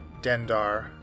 Dendar